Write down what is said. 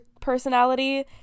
personality